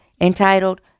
entitled